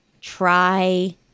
try